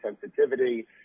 sensitivity